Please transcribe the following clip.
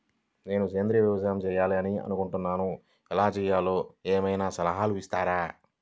నేను సేంద్రియ వ్యవసాయం చేయాలి అని అనుకుంటున్నాను, ఎలా చేయాలో ఏమయినా సలహాలు ఇస్తారా?